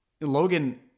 Logan